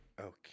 Okay